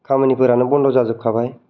खामानिफोरानो बन्द' जाजोबखाबाय